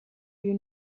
you